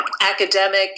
academic